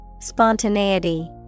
Spontaneity